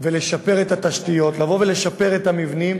ולשפר את התשתיות, לבוא ולשפר את המבנים.